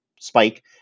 spike